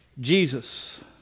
Jesus